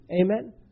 Amen